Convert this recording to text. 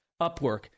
Upwork